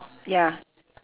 ya